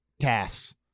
Cass